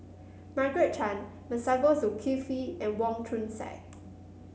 Margaret Chan Masagos Zulkifli and Wong Chong Sai